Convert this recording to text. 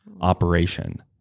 operation